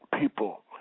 people